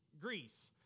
Greece